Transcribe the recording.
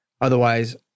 otherwise